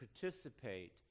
participate